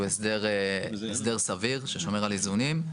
שהוא הסדר סביר ששומר על איזונים.